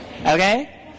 Okay